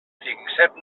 fixem